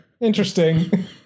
Interesting